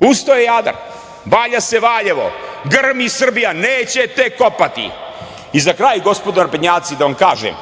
ustao je „Jadar“, valja se Valjevo, grmi Srbija, nećete kopati i za kraj gospodo naprednjaci da vam kaže,